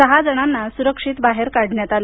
सहा जणांना सुरक्षित बाहेर काढण्यात आलं